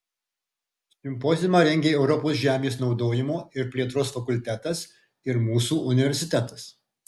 simpoziumą rengė europos žemės naudojimo ir plėtros fakultetas ir mūsų universitetas